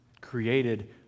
created